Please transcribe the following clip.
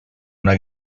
una